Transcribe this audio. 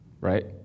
right